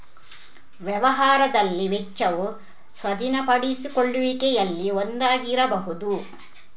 ವ್ಯವಹಾರದಲ್ಲಿ ವೆಚ್ಚವು ಸ್ವಾಧೀನಪಡಿಸಿಕೊಳ್ಳುವಿಕೆಯಲ್ಲಿ ಒಂದಾಗಿರಬಹುದು